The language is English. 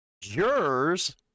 jurors